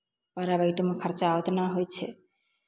प्राइभेटमे खर्चा उतना होइ छै